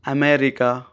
America